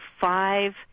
five